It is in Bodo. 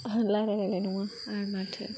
रायलाय लायनाय नङा आरो माथो